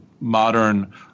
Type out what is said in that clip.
modern